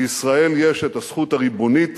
לישראל יש הזכות הריבונית